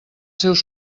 seus